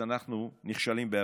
אז אנחנו נכשלים בעבודתנו.